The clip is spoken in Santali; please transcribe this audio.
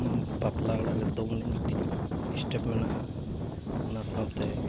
ᱟᱵᱚᱢᱟ ᱵᱟᱯᱞᱟ ᱚᱲᱟᱜ ᱨᱮ ᱫᱚᱝ ᱮᱱᱮᱡ ᱢᱤᱫᱤᱴᱤᱡ ᱮᱥᱴᱮᱯ ᱢᱮᱱᱟᱜᱼᱟ ᱚᱱᱟ ᱥᱟᱶᱛᱮ